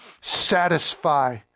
satisfy